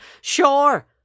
Sure